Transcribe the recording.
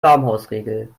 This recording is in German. baumhausregel